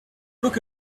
book